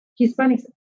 Hispanics